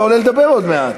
אתה עולה לדבר עוד מעט.